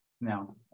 now